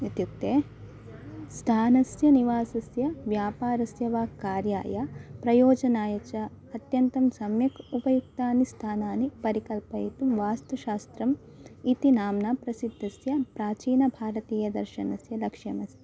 इत्युक्ते स्थानस्य निवासस्य व्यापारस्य वा कार्याय प्रयोजनाय च अत्यन्तं सम्यक् उपयुक्तनि स्थानानि परिकल्पयितुं वास्तुशास्त्रम् इति नाम्ना प्रसिद्धस्य प्राचीनभारतीयदर्शनस्य लक्ष्यमस्ति